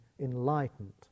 enlightened